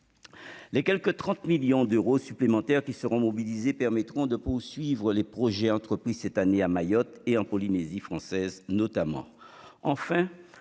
Les quelque 30 millions d'euros supplémentaires qui seront mobilisés permettront de poursuivre les projets entrepris cette année, notamment à Mayotte et en Polynésie française.